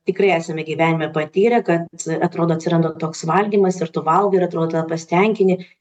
tikrai esame gyvenime patyrę kad atrodo atsiranda toks valgymas ir tu valgai ir atrodo pasitenkini